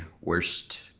worst